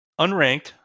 unranked